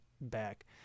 back